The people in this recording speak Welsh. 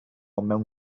mewn